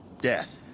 Death